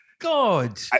God